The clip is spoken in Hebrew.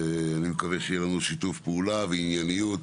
אני מקווה שיהיה לנו שיתוף פעולה וענייניות,